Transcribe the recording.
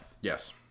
Yes